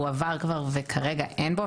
הוא עבר כבר וכרגע אין בו,